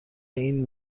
این